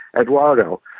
eduardo